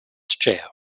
chair